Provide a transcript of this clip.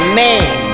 man